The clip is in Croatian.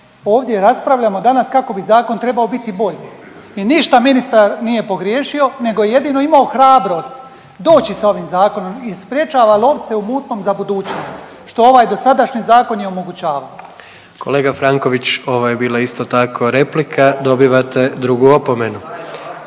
Ovdje raspravljamo danas kako bi zakon trebao biti bolji i ništa ministar nije pogriješio nego je jedino imao hrabrost doći sa ovim zakonom i sprječava lovce u mutnom za budućnost, što ovaj dosadašnji zakon je omogućavao. **Jandroković, Gordan (HDZ)** Kolega Franković, ovo je bila isto tako replika, dobivate drugu opomenu.